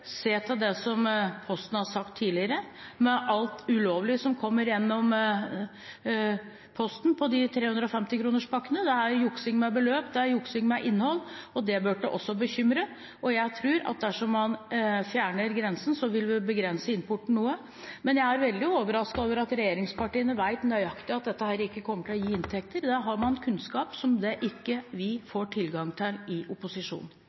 se til det som Posten har sagt tidligere om alt det ulovlige som kommer gjennom Posten i de 350-kronerspakkene. Det er juksing med beløp, det er juksing med innhold. Det burde også bekymre. Jeg tror at dersom man fjerner grensen, vil vi begrense importen noe. Men jeg er veldig overrasket over at regjeringspartiene vet nøyaktig at dette ikke kommer til å gi inntekter. Da har man kunnskap som vi ikke får tilgang til i opposisjon.